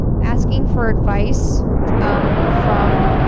asking for advice um from